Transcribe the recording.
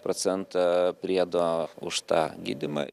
procentą priedo už tą gydymą